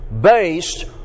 based